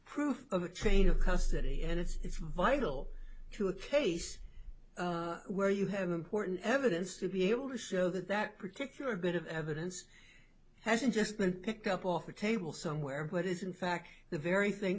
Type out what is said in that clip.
proof of a train of custody and it's vital to a case where you have important evidence to be able to show that that particular bit of evidence hasn't just been picked up off the table somewhere but is in fact the very thing